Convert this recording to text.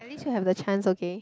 least you have the chance okay